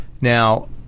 now